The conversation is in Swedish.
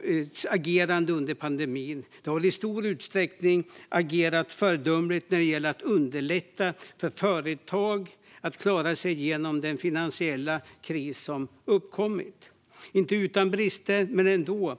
för dess agerande under pandemin. Man har i stor utsträckning agerat föredömligt för att underlätta för företag att klara sig igenom den finansiella kris som uppkommit, även om det inte har skett utan brister.